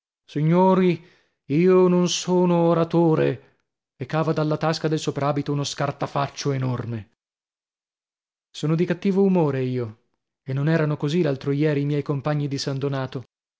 signori io non sono oratore e cava dalla tasca del soprabito uno scartafaccio enorme sono di cattivo umore io e non erano così l'altro ieri i miei compagni di san donato